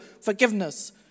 forgiveness